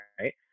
right